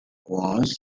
was